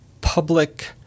public